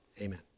Amen